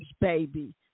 baby